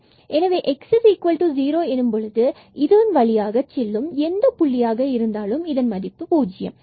எனவே x0 எனும் பொழுது இதன் வழியாக செல்லும் எந்த புள்ளியாக இருந்தாலும் இதன் மதிப்பு ஜீரோ